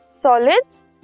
solids